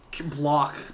Block